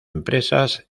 empresas